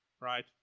Right